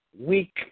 weak